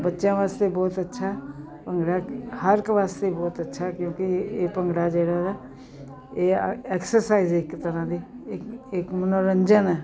ਬੱਚਿਆਂ ਵਾਸਤੇ ਬਹੁਤ ਅੱਛਾ ਭੰਗੜਾ ਹਰ ਇੱਕ ਵਾਸਤੇ ਬਹੁਤ ਅੱਛਾ ਕਿਉਂਕਿ ਇਹ ਇਹ ਭੰਗੜਾ ਜਿਹੜਾ ਨਾ ਇਹ ਐਕਸਰਸਾਈਜ਼ ਇਕ ਤਰ੍ਹਾਂ ਦੀ ਇੱਕ ਇੱਕ ਮਨੋਰੰਜਨ ਹੈ